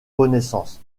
renaissance